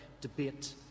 debate